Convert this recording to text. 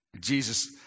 Jesus